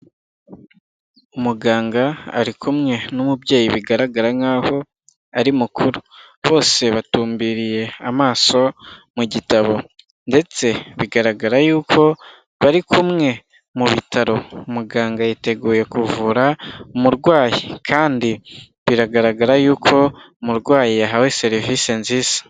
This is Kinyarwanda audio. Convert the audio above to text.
Umuganga ari kumwe n'umubyeyi bigaragara nk'aho ari mukuru, bose batumbiriye amaso mu gitabo ndetse bigaragara yuko bari kumwe mu bitaro, muganga yiteguye kuvura umurwayi kandi biragaragara yuko umurwayi yahawe serivisi nziza.